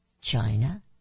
China